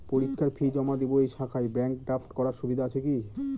পরীক্ষার ফি জমা দিব এই শাখায় ব্যাংক ড্রাফট করার সুবিধা আছে কি?